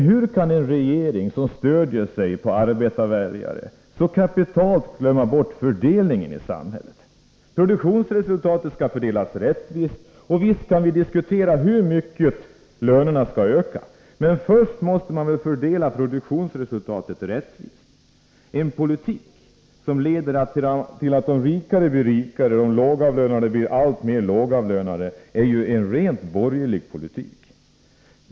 Hur kan en regering som stöder sig på arbetarväljare så kapitalt glömma bort fördelningen i samhället? Visst kan vi diskutera hur mycket lönerna skall öka, men först måste man väl fördela produktionsresultatet rättvist! En politik som leder till att de rika blir rikare och de lågavlönade blir alltmer lågavlönade är ju en rent borgerlig politik.